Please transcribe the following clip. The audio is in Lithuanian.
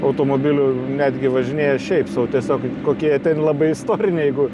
automobilių netgi važinėja šiaip sau tiesiog kokie ten labai istoriniai jeigu